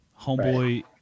Homeboy